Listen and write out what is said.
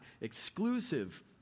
exclusive